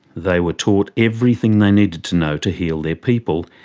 they were taught everything they needed to know to heal their people.